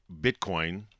Bitcoin